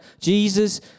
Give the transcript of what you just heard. Jesus